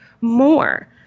more